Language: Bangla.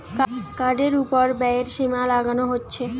কার্ডের উপর ব্যয়ের সীমা লাগানো যাচ্ছে